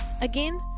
Again